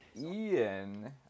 Ian